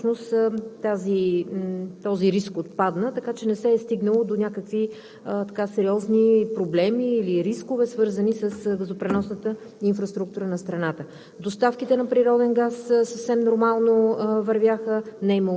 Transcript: Впоследствие, с нормализирането на речното ниво, този риск отпадна, така че не се е стигнало до някакви сериозни проблеми или рискове, свързани с газопреносната инфраструктура на страната.